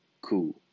cool